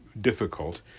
difficult